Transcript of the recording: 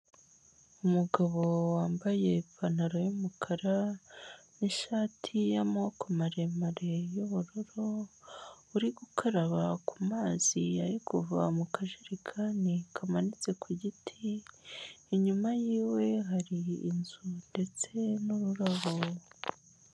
Umugabo wambaye ipantaro y'umukara n'ishati y'amoko maremare y'ubururu, uri gukaraba ku mazi ari kuva mu kajekani kamanitse ku giti, inyuma yiwe hari inzu ndetse n'ururabo.